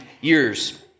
years